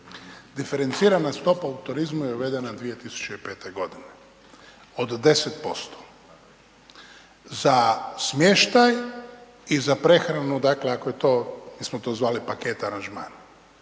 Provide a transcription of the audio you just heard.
diferencirana stopa u turizmu je uvedena 2005. g. od 10%. Za smještaj i za prehranu dakle ako je to, mi smo to zvali paket aranžman,